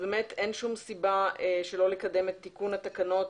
אין שום סיבה שלא לקדם את תיקון התקנות,